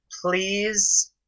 Please